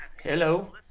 Hello